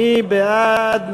מי בעד?